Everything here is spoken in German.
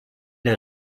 der